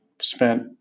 spent